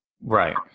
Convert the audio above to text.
Right